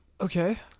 okay